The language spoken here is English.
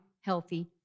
healthy